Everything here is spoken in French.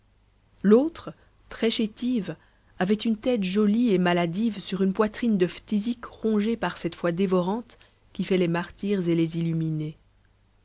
l'autre très chétive avait une tête jolie et maladive sur une poitrine de phtisique rongée par cette foi dévorante qui fait les martyrs et les illuminés